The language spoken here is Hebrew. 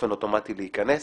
באופן אוטומטי להיכנס.